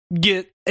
get